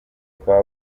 kwa